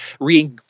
re